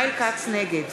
נגד